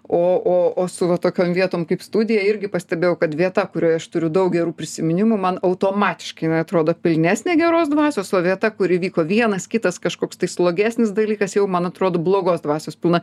o o o su vat tokiom vietom kaip studija irgi pastebėjau kad vieta kurioj aš turiu daug gerų prisiminimų man automatiškai jinai atrodo pilnesnė geros dvasios o vieta kur įvyko vienas kitas kažkoks tai slogesnis dalykas jau man atrodo blogos dvasios pilna